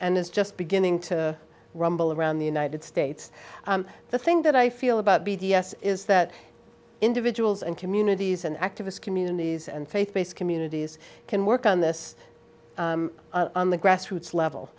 and is just beginning to rumble around the united states the thing that i feel about b d s is that individuals and communities and activists communities and faith based communities can work on this on the grassroots level